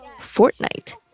Fortnite